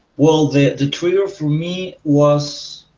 well the the trigger for me was